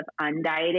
undieting